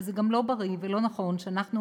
וזה גם לא בריא ולא נכון שאנחנו,